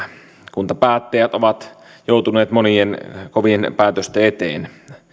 kuntapäättäjät ovat joutuneet monien kovien päätösten eteen